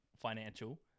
financial